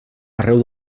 arreu